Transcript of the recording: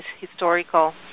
historical